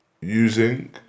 using